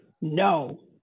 No